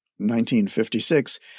1956